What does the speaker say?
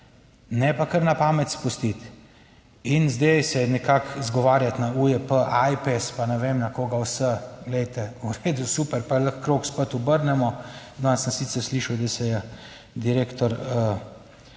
ne pa kar na pamet spustiti in zdaj se nekako izgovarjati na UJP, Ajpes, pa ne vem na koga vse. Glejte, v redu, super, pa lahko krog spet obrnemo. Danes sem sicer slišal, da se je direktor,